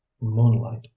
moonlight